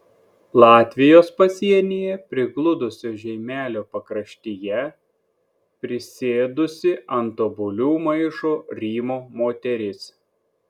latvijos pasienyje prigludusio žeimelio pakraštyje prisėdusi ant obuolių maišų rymo moteris